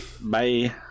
Bye